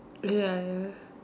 ya ya